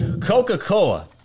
Coca-Cola